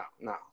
no